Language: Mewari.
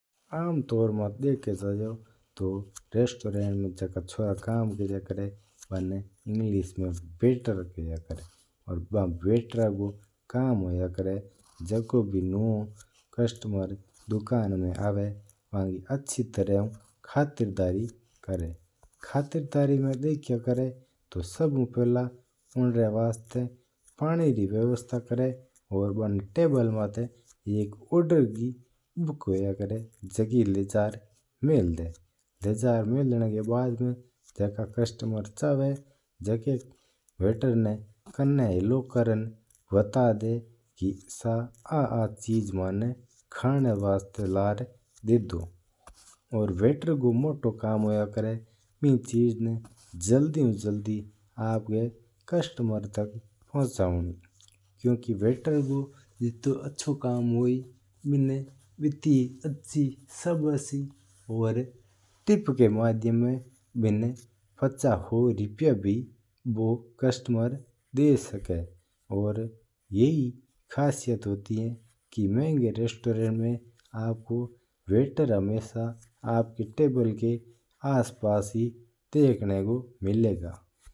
आमतौर माता देखा जयो तो रेस्टोरेंट में झका चोरा काम कराया करा है बना इंग्लिश में वेटर खिया करा है। और बा वेटरा रो कम होता करा है कि झको भी नवो कस्टमर दुकान में आवा बाकि अची तरह हुं खातिरदारी करा है। खातिरदारी में दिखाया करा है बा सभु पहले वनरा वस्त पाणी री व्यवस्था करा है। और टेबल माता बंकन ओर्डर री जो बुक हुआ है बाकी टेबल माता मेल देवा है। जका कस्टमर जो चीज़ चावा बिना हलो करन वता देवा कि मंह आ आ चीज़ खाना री वास्ता लन्न देदूब। वेटर को मोट्टो मोट्टो कम हुआ है कि बिन्न चीज़ ना जल्दी ऊ जल्दी कस्टमर तक पहुचावनो।